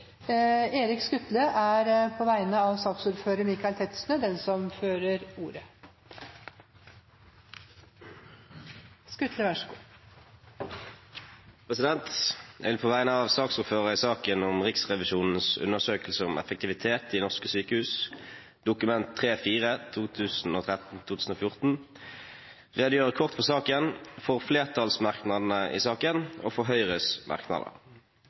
Erik Skutle, på vegne av saksordføreren, Michael Tetzschner. Jeg vil på vegne av saksordføreren i saken om Riksrevisjonens undersøkelse om effektivitet i norske sykehus, Dokument 3:4 for 2013–2014, redegjøre kort for saken, for flertallsmerknadene i saken og for Høyres merknader.